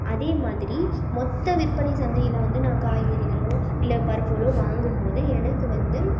அதே மாதிரி மொத்த விற்பனை சந்தையில் வந்து நான் காய்கறிகளோ இல்லை பருப்புகளோ வாங்கும்போது எனக்கு வந்து